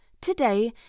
today